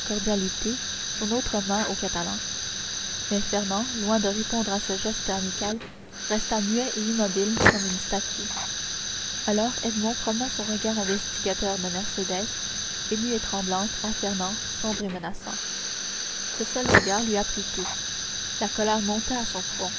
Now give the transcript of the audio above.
son autre main au catalan mais fernand loin de répondre à ce geste amical resta muet et immobile comme une statue alors edmond promena son regard investigateur de mercédès émue et tremblante à fernand sombre et menaçant ce seul regard lui apprit tout la colère monta à son front